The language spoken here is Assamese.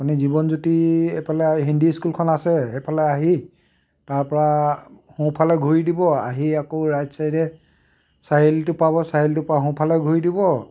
আপুনি জীৱনজ্যোতি এইফালে হিন্দী স্কুলখন আছে সেইফালে আহি তাৰপৰা সোঁফালে ঘূৰি দিব আহি আকৌ ৰাইট চাইডে চাৰিআলিটো পাব চাৰিআলিটো পৰা সোঁফালে ঘূৰি দিব